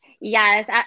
Yes